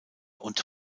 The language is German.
und